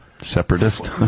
Separatist